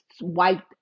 wiped